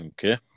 Okay